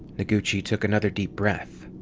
noguchi took another deep breath.